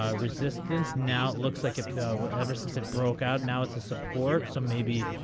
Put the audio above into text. ah resistance now it looks like it will ever since it broke out now it's a support some maybe.